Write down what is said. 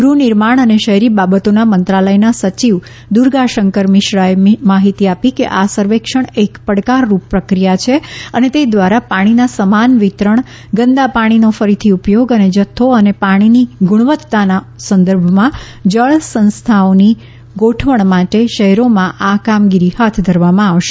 ગૃહનિર્માણ અને શહેરી બાબતોના મંત્રાલયના સચિવ દુર્ગા શંકર મિશ્રાએ માહિતી આપી કે આ સર્વેક્ષણ એક પડકારરૂપ પ્રક્રિયા છે અને તે દ્વારા પાણીના સમાન વિતરણ ગંદા પાણીનો ફરીથી ઉપયોગ અને જથ્થો અને પાણીની ગુણવત્તાના સંદર્ભમાં જળ સંસ્થાઓની ગોઠવણ માટે શહેરોમાં આ કામગીરી હાથ ધરવામાં આવશે